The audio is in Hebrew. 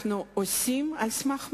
אלא אנחנו עושים, על סמך מה?